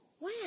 Wow